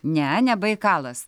ne ne baikalas